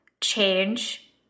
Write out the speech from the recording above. change